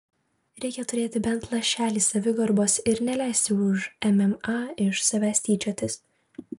reikia turėti bent lašelį savigarbos ir neleisti už mma iš savęs tyčiotis